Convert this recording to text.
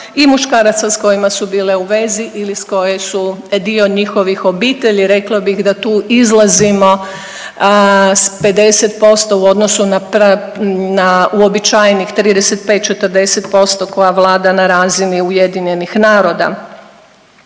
i muškaraca s kojima su bile u vezi ili s koje su dio njihovih obitelji, rekla bih da tu izlazimo s 50% u odnosu na .../nerazumljivo/... na